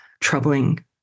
troubling